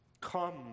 Come